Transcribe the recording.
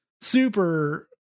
super